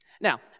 Now